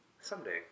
Someday